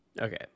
Okay